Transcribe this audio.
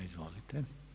Izvolite.